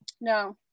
No